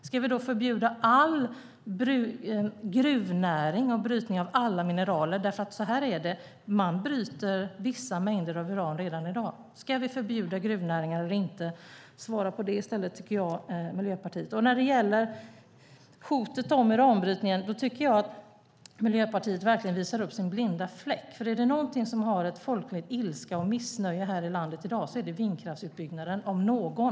Ska vi då förbjuda all gruvnäring och brytning av alla mineraler? Man bryter vissa mängder uran redan i dag. Ska vi förbjuda gruvnäring eller inte? Svara på det i stället, Miljöpartiet! När det gäller hotet om uranbrytningen tycker jag att Miljöpartiet verkligen visar upp sin blinda fläck. Är det någonting som har lett till folklig ilska och missnöje här i landet i dag är det vindkraftsutbyggnaden om någon.